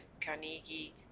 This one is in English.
Carnegie